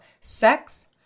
sex